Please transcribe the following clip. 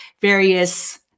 various